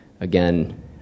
again